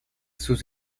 sus